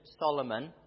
Solomon